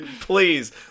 Please